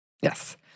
Yes